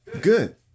good